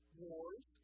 wars